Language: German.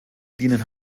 dienen